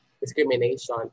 discrimination